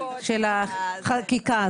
החקיקה הזאת?